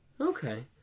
Okay